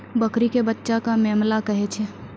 बकरी के बच्चा कॅ मेमना कहै छै